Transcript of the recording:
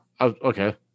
okay